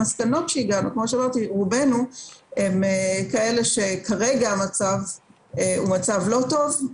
המסקנות שהגענו רובנו הם כאלה שכרגע המצב הוא מצב לא טוב.